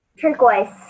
Turquoise